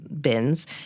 bins